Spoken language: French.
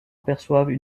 aperçoivent